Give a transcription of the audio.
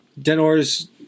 Denor's